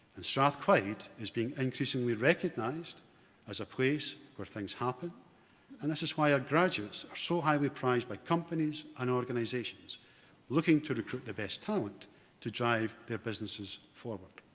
and strathclyde is being increasingly recognised as a place where things happen and this is why our graduates are so highly-priced by companies and organisations looking to recruit the best talent to drive their businesses forward.